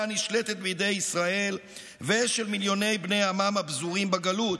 הנשלטת בידי ישראל ושל מיליוני בני עמם הפזורים בגלות.